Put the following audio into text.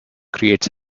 creates